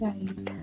Right